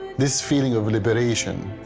this feeling of liberation,